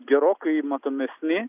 gerokai matomesni